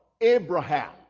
Abraham